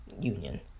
Union